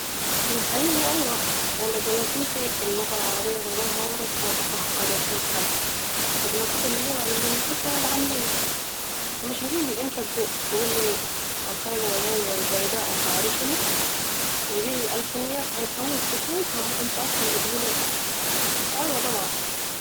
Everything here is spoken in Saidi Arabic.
في الحقيقه أيوة لأن دلوقتي اللغه العربيه تدهورت وتقهقرت للخلف فدلوكيتي اللغه المنتشره العاميه ، فا مش هتيجي أنت تقولي الخيل و الليل و البيداء تعرفني وجيل الالفنات هيفهمك مش هيفهموا انت اصلا بتقول ايه ، فا أيوة طبعا